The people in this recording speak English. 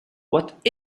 what